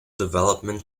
development